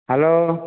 hello